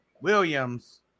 Williams